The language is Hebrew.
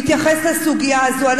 מתייחס לסוגיה הזאת.